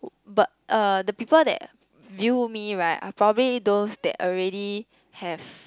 oh but uh the people that view me right are probably those that already have